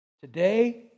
today